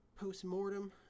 post-mortem